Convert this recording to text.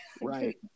Right